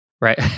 Right